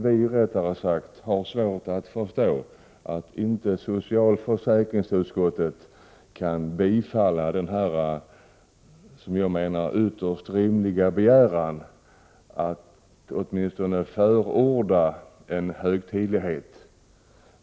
Vi har svårt att förstå varför socialförsäkringsutskottet inte kan tillstyrka denna, som jag menar, ytterst rimliga begäran att åtminstone förorda en högtidlighet.